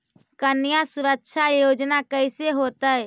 कन्या सुरक्षा योजना कैसे होतै?